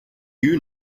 you